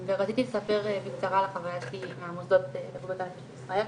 ורציתי לספר בקצרה על החוויה שלי מהמוסדות בבריאות הנפש בישראל.